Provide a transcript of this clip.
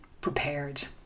prepared